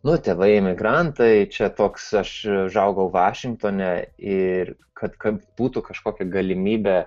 nu tėvai emigrantai čia toks aš užaugau vašingtone ir kad kad būtų kažkokia galimybė